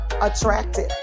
attractive